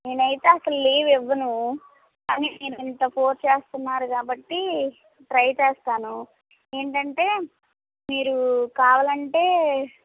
నేనైతే అసలు లీవ్ ఇవ్వను కానీ మీరు ఇంత ఫోర్స్ చేస్తున్నారు కాబట్టి ట్రై చేస్తాను ఏంటంటే మీరు కావాలంటే